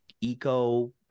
eco